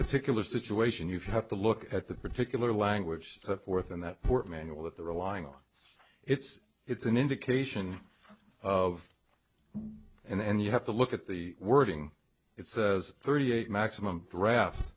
particular situation you have to look at the particular language set forth and that manual that they're relying on it's it's an indication of and you have to look at the wording it says thirty eight maximum draft